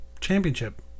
championship